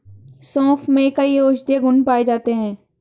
सोंफ में कई औषधीय गुण पाए जाते हैं